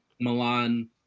Milan